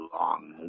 long